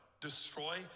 destroy